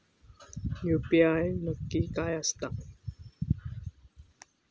UPI नक्की काय आसता?